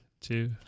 two